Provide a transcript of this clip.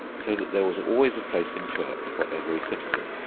so that there was always a place in church for every citizen.